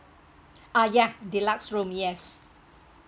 uh ya deluxe room yes